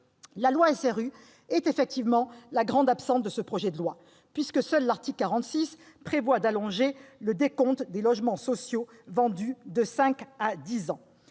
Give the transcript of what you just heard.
La loi SRU est effectivement la grande absente du projet de loi, puisque seul l'article 46 prévoit d'allonger le décompte des logements sociaux vendus de cinq à dix ans.